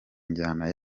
injyana